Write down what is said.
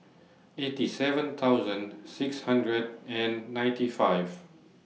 eighty seven thousand six hundred and ninety five